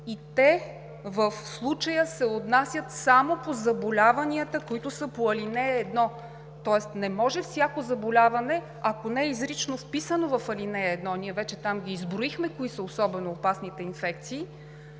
и те в случая се отнасят само до заболяванията, които са по ал. 1, тоест не може всяко заболяване, ако не е изрично вписано в ал. 1, ние вече там ги изброихме кои са особено опасните инфекции,